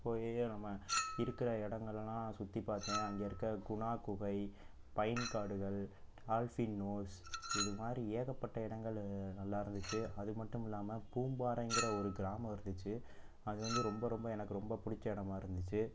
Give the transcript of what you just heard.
போயி நம்ம இருக்கிற இடங்களெலாம் சுற்றி பார்த்தேன் அங்கே இருக்கற குணா குகை பைன் காடுகள் டால்ஃபின் நோஸ் இதுமாதிரி ஏகப்பட்ட இடங்கள் நல்லா இருந்துச்சு அதுமட்டுமில்லாமல் பூம்பாறைங்கற ஒரு கிராமம் இருந்துச்சு அது வந்து ரொம்ப ரொம்ப எனக்கு ரொம்ப பிடிச்ச இடமாக இருந்துச்சு